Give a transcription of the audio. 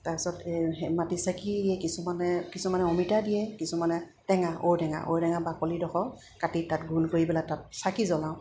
তাৰপিছত এই মাটি চাকি দিয়ে কিছুমানে কিছুমানে অমিতা দিয়ে কিছুমানে টেঙা ঔটেঙা ঔটেঙা বাকলি দখ কাটি তাত গোল কৰি পেলাই তাত চাকি জ্বলাওঁ